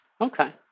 Okay